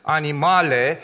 animale